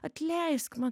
atleisk man